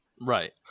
Right